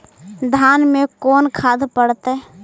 धान मे कोन खाद पड़तै?